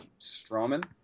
Stroman